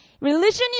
Religion